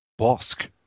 Bosk